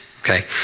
okay